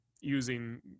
using